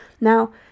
Now